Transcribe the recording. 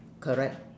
correct